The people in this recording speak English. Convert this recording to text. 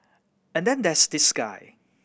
and then there's this guy